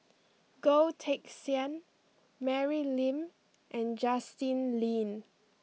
Goh Teck Sian Mary Lim and Justin Lean